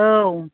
औ